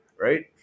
right